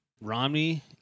Romney